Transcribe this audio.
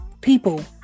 people